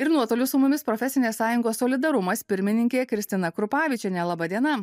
ir nuotoliu su mumis profesinės sąjungos solidarumas pirmininkė kristina krupavičienė laba diena